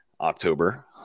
October